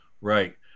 right